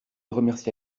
remercia